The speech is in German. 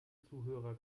zuhörer